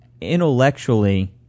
intellectually